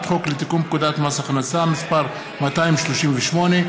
חוק לתיקון פקודת מס הכנסה (מס' 238),